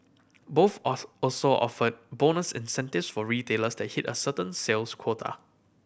both also also offered bonus incentives for retailers that hit a certain sales quota